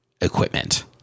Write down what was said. equipment